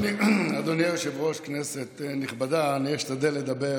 אדוני היושב-ראש, כנסת נכבדה, אני אשתדל לדבר